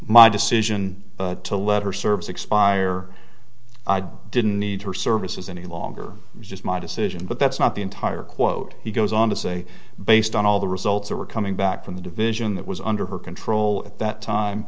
my decision to let her service expire didn't need her services any longer just my decision but that's not the entire quote he goes on to say based on all the results that were coming back from the division that was under her control at that time